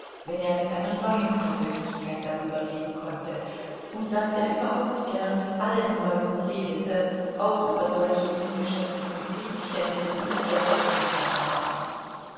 wenn er mit einer neuen persönlichkeit darüber reden konnte und daß er überhaupt gern mit allen leuten redete auch über solche ihn beschäftigende gegenstände die ihm selbst unklar waren